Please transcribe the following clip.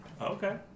Okay